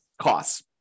costs